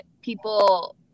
people